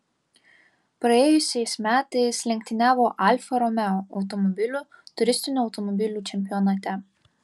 praėjusiais metais lenktyniavo alfa romeo automobiliu turistinių automobilių čempionate